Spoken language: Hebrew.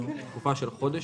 לתקופה של חודש,